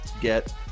get